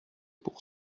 pour